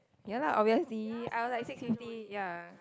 ya lah obviously I was like six fifty ya